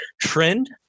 trend